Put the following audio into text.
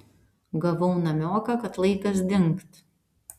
gavau namioką kad laikas dingt